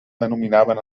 denominaven